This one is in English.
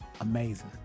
amazing